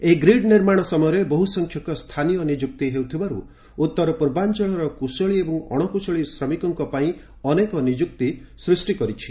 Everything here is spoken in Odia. ଏହି ଗ୍ରୀଡ଼ ନିର୍ମାଣ ସମୟରେ ବହୁ ସଂଖ୍ୟକ ସ୍ଥାନୀୟ ନିଯୁକ୍ତି ହେଉଥିବାରୁ ଉତ୍ତର ପୂର୍ବାଞ୍ଚଳର କୁଶଳୀ ଏବଂ ଅଶକୁଶଳୀ ଶ୍ରମିକଙ୍କ ପାଇଁ ଅନେକ ନିଯୁକ୍ତି ସୃଷ୍ଟି କରିଛି